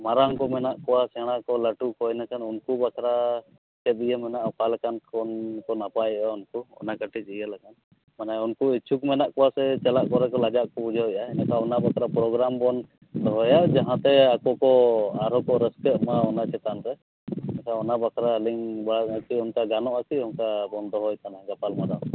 ᱢᱟᱨᱟᱝ ᱠᱚ ᱢᱮᱱᱟᱜ ᱠᱚᱣᱟ ᱥᱮᱬᱟ ᱠᱚ ᱞᱟᱹᱴᱩ ᱠᱚ ᱤᱱᱟᱹᱠᱷᱟᱱ ᱩᱱᱠᱩ ᱵᱟᱠᱷᱨᱟ ᱪᱮᱫ ᱤᱭᱟᱹ ᱢᱮᱱᱟᱜᱼᱟ ᱚᱠᱟᱞᱮᱠᱟᱱ ᱠᱚ ᱱᱟᱯᱟᱭᱚᱜᱼᱟ ᱩᱱᱠᱩ ᱚᱱᱟ ᱠᱟᱹᱴᱤᱡ ᱤᱭᱟᱹ ᱞᱮᱠᱷᱟᱱ ᱢᱟᱱᱮ ᱩᱱᱠᱩ ᱤᱪᱪᱷᱩᱠ ᱢᱮᱱᱟᱜ ᱠᱚᱣᱟ ᱥᱮ ᱪᱟᱞᱟᱜ ᱠᱚᱨᱮ ᱞᱟᱡᱟᱣ ᱠᱚ ᱵᱩᱡᱷᱟᱹᱣᱮᱜᱼᱟ ᱤᱱᱟᱹᱠᱷᱟᱱ ᱚᱱᱟ ᱵᱟᱠᱷᱨᱟ ᱯᱨᱳᱜᱨᱟᱢ ᱵᱚᱱ ᱫᱚᱦᱚᱭᱟ ᱡᱟᱦᱟᱸᱛᱮ ᱟᱠᱚ ᱠᱚ ᱟᱨᱦᱚᱸ ᱠᱚ ᱨᱟᱹᱥᱠᱟᱹᱜᱢᱟ ᱚᱱᱟ ᱪᱮᱛᱟᱱᱨᱮ ᱟᱪᱪᱷᱟ ᱚᱱᱟ ᱵᱟᱠᱷᱨᱟ ᱟᱹᱞᱤᱧ ᱵᱟᱲᱟᱭᱮᱜᱼᱟ ᱚᱱᱠᱟ ᱜᱟᱱᱚᱜᱼᱟ ᱠᱤ ᱚᱱᱠᱟ ᱵᱚᱱ ᱫᱚᱦᱚᱭᱛᱮ ᱜᱟᱯᱟᱞᱢᱟᱨᱟᱣ